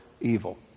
evil